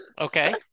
Okay